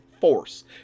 force